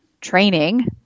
training